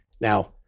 Now